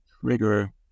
trigger